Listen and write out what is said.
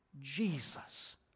Jesus